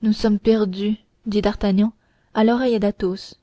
nous sommes perdus dit d'artagnan à l'oreille d'athos vous